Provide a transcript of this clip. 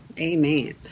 Amen